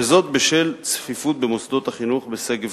וזאת בשל צפיפות במוסדות החינוך בשגב-שלום.